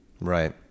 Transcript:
Right